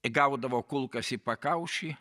gaudavo kulkas į pakaušį